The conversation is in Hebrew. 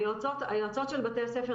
היועצות של בתי הספר,